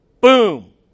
Boom